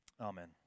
Amen